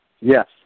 Yes